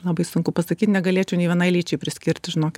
labai sunku pasakyt negalėčiau nei vienai lyčiai priskirti žinokit